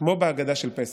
כמו בהגדה של פסח: